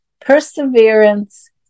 perseverance